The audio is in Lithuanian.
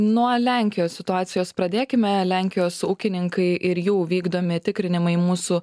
nuo lenkijos situacijos pradėkime lenkijos ūkininkai ir jų vykdomi tikrinimai mūsų